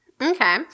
Okay